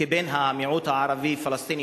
כבן המיעוט הערבי-פלסטיני,